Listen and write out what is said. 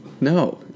No